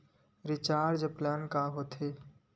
Recharge plan का होथे?